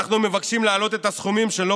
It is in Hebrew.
אנחנו מבקשים להעלות את הסכומים שלא